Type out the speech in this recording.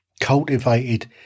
cultivated